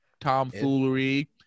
tomfoolery